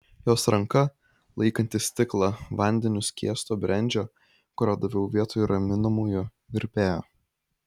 jos ranka laikanti stiklą vandeniu skiesto brendžio kurio daviau vietoj raminamųjų virpėjo